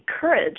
courage